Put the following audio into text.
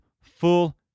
full